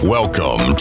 Welcome